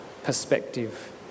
perspective